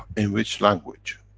in which language?